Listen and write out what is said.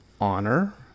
honor